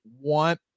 want